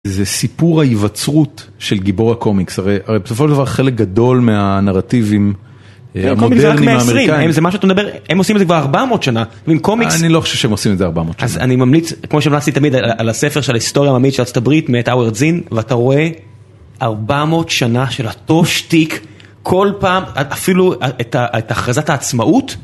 זה סיפור ההיווצרות של גיבור הקומיקס, הרי בסופו של דבר חלק גדול מהנרטיבים, המודלים האמריקאיים. זה מה שאתה מדבר, הם עושים את זה כבר 400 שנה. אני לא חושב שהם עושים את זה 400 שנה. אז אני ממליץ, כמו שהמלצתי תמיד על הספר של ההיסטוריה העממית של ארה״ב, מאת הרוואד זין, ואתה רואה 400 שנה של אותו שטיק, כל פעם, אפילו את הכרזת העצמאות.